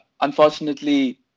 Unfortunately